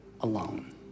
alone